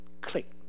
click